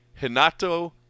Hinato